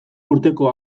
urteko